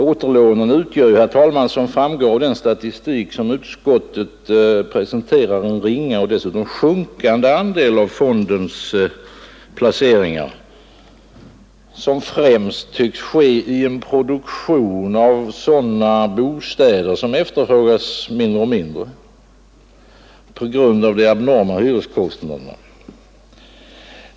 Återlånen utgör ju, som framgår av den statistik utskottet presenterar, en ringa och dessutom sjunkande andel av fondens placeringar, som främst tycks ske i en produktion av sådana bostäder vilka efterfrågas mindre och mindre på grund av de abnorma hyreskostnaderna.